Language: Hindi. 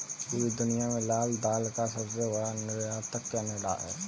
पूरी दुनिया में लाल दाल का सबसे बड़ा निर्यातक केनेडा है